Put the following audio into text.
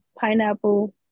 pineapple